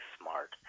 smart